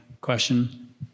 question